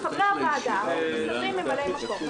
חברי הוועדה מסתדרים עם ממלא מקום.